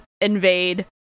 invade